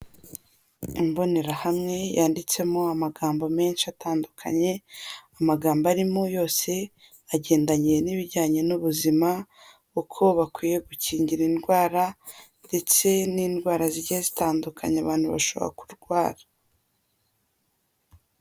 Imbonerahamwe yanditsemo amagambo menshi atandukanye, amagambo arimo yose agendanye n'ibijyanye n'ubuzima, uko bakwiye gukingira indwara, ndetse n'indwara zigiye zitandukanyekanye abantu bashobora kurwara.